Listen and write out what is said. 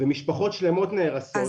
משפחות שלמות נהרסות,